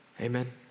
Amen